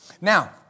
Now